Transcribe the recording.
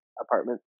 apartment